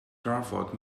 drafod